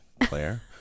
Claire